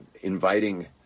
inviting